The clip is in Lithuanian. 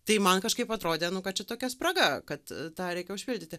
tai man kažkaip atrodė nu kad šitokia spraga kad tą reikia užpildyti